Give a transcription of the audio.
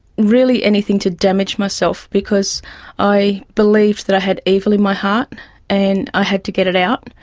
really anything to damage myself because i believe that i had evil in my heart and i had to get it out.